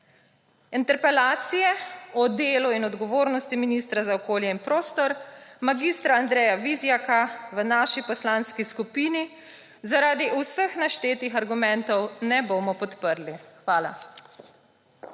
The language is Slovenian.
Interpelacije o delu in odgovornosti ministra za okolje in prostor mag. Andreja Vizjaka v naši poslanski skupini zaradi vseh naštetih argumentov ne bomo podprli. Hvala.